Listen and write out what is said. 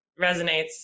resonates